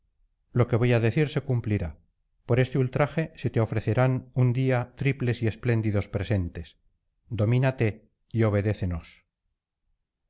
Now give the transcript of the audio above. lo que voy a decirte cumplirá por este ultraje se te ofrecerán un día triples y espléndidos presentes domínate y obedécenos